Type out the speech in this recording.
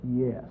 Yes